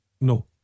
No